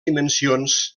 dimensions